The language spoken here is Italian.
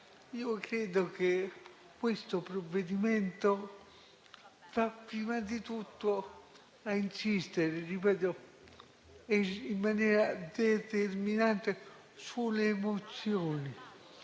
credo che questo provvedimento vada prima di tutto a insistere in maniera determinante sulle emozioni